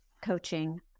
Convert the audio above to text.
coaching